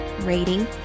rating